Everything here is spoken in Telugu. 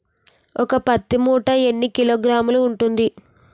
ఒక పత్తి మూట ఎన్ని కిలోగ్రాములు ఉంటుంది?